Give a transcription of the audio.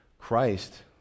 Christ